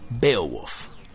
beowulf